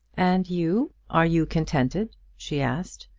and you are you contented? she asked.